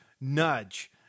Nudge